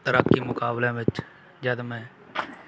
ਤੈਰਾਕੀ ਮੁਕਾਬਲਿਆਂ ਵਿੱਚ ਜਦ ਮੈਂ